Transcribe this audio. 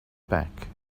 back